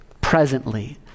presently